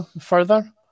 further